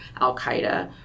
Al-Qaeda